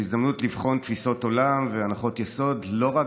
זו הזדמנות לבחון תפיסות עולם והנחות יסוד לא רק